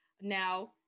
now